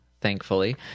thankfully